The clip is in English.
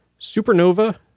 Supernova